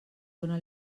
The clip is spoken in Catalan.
dóna